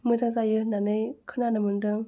मोजां जायो होननानै खोनानो मोन्दों